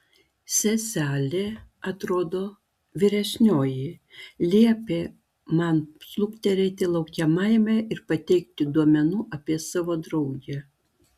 seselė atrodo vyresnioji liepė man luktelėti laukiamajame ir pateikti duomenų apie savo draugę